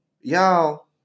y'all